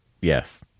yes